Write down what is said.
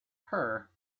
her